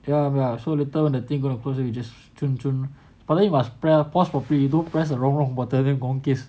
ya but so little when the thing gonna close already then just zhun zhun but then you must press pause properly you don't press the wrong wrong button later gone case